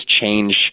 change